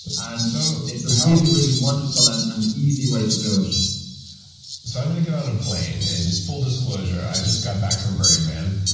and so it's a really really wonderful and and easy way to do it so i'm gonna get on a plane. and just full disclosure, i just got back from burning man,